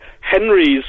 Henry's